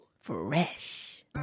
Fresh